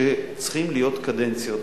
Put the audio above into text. שצריכות להיות קדנציות,